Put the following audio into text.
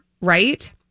right